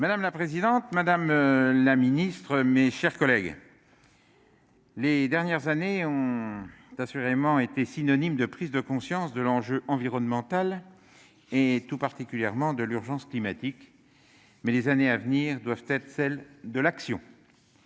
Madame la présidente, madame la secrétaire d'État, mes chers collègues, les dernières années ont assurément été synonymes de prise de conscience de l'enjeu environnemental et, tout particulièrement, de l'urgence climatique, mais les années à venir doivent être celles de l'action.